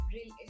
Real